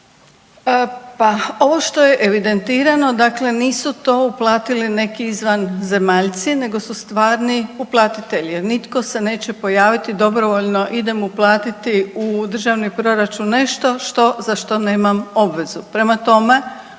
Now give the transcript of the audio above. Pa ovo što je evidentirano nisu to uplatiti neki izvanzemaljci, nego su stvari uplatitelji, nitko se neće pojaviti dobrovoljno idem uplatiti u državni proračun nešto za što nemam obvezu. Prema tome,